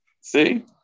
See